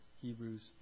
Hebrews